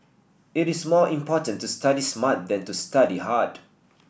it is more important to study smart than to study hard